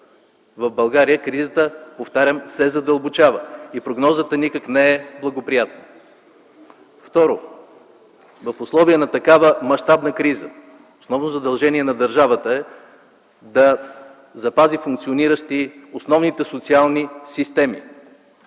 в България кризата – повтарям, се задълбочава и прогнозата никак не е благоприятна. Второ, в условия на такава мащабна криза основно задължение на държавата е да запази функциониращи основните социални системи.